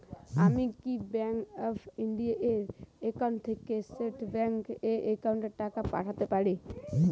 আমি কি bank of India এর একাউন্ট থেকে স্টেট ব্যাংক এর একাউন্টে টাকা পাঠাতে পারি?